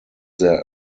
their